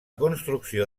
construcció